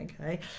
Okay